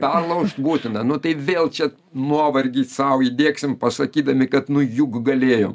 perlaužt būtina nu tai vėl čia nuovargį sau įdiegsim pasakydami kad nu juk galėjom